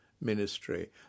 ministry